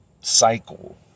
cycle